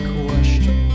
question